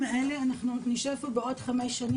שונים בנושאים שאנחנו נציג הם כלליים.